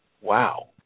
Wow